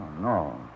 no